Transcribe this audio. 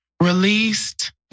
Released